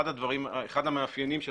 אחד המאפיינים של